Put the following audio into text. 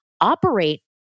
operate